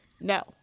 No